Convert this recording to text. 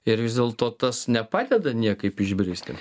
ir vis dėlto tas nepadeda niekaip išbristi